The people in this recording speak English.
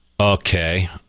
Okay